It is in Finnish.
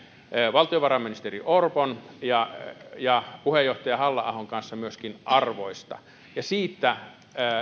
valtiovarainministeri orpon ja ja puheenjohtaja halla ahon kanssa myöskin arvoista ja siitä